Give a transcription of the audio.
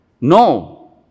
No